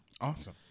Awesome